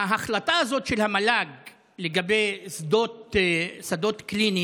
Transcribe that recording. ההחלטה הזאת של המל"ג לגבי שדות קליניים